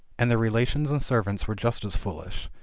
and their relations and servants were just as foolish,